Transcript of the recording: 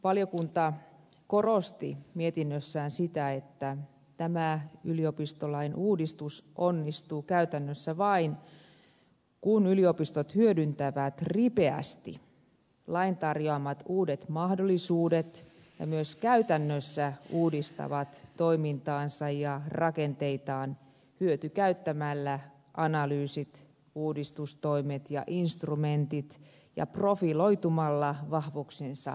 valiokunta korosti mietinnössään sitä että tämä yliopistolain uudistus onnistuu käytännössä vain kun yliopistot hyödyntävät ripeästi lain tarjoamat uudet mahdollisuudet ja myös käytännössä uudistavat toimintaansa ja rakenteitaan hyötykäyttämällä analyysit uudistustoimet ja instrumentit ja profiloitumalla vahvuuksiensa mukaisesti